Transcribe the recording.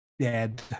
Dead